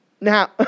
now